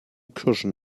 kirschen